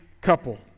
couple